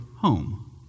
home